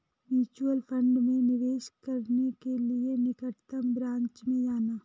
mutual fund में निवेश करने के लिए निकटतम ब्रांच में जाना